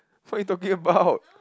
what you talking about